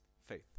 Faith